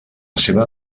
seva